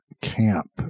camp